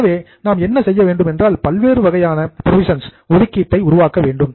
எனவே நாம் என்ன செய்ய வேண்டும் என்றால் பல்வேறு வகையான புரோவிஷன்ஸ் ஒதுக்கீட்டை உருவாக்க வேண்டும்